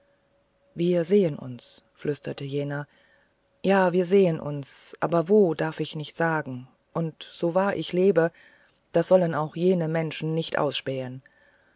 wir sehen uns flüsterte jener ja wir sehen uns aber wo darf ich nicht sagen und so wahr ich lebe das sollen auch jene menschen nicht ausspähen